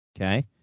Okay